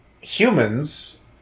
humans